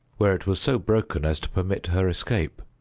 where it was so broken as to permit her escape.